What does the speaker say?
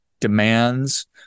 demands